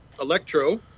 Electro